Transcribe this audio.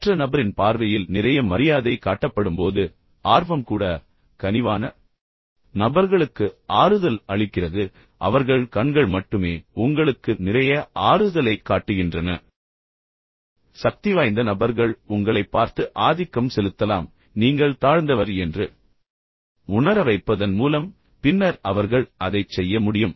மற்ற நபரின் பார்வையில் நிறைய மரியாதை காட்டப்படும்போது ஆர்வம் கூட கனிவான நபர்களுக்கு ஆறுதல் அளிக்கிறது அவர்கள் கண்கள் மட்டுமே உங்களுக்கு நிறைய ஆறுதலைக் காட்டுகின்றன ஆனால் சக்திவாய்ந்த நபர்கள் உங்களைப் பார்த்து ஆதிக்கம் செலுத்தலாம் பின்னர் நீங்கள் தாழ்ந்தவர் என்று உணர வைப்பதன் மூலம் பின்னர் அவர்கள் அதைச் செய்ய முடியும்